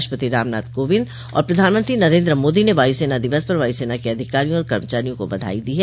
राष्ट्रपति रामनाथ कोविंद और प्रधानमंत्री नरेन्द्र मोदी ने वायुसेना दिवस पर वायुसेना के अधिकारियों और कर्मचारियों को बधाई दी है